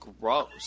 gross